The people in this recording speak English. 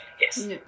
yes